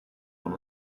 von